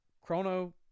Chrono